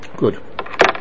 Good